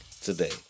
today